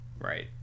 Right